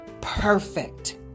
perfect